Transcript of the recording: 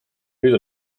nüüd